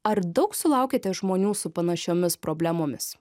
ar daug sulaukiate žmonių su panašiomis problemomis